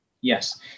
yes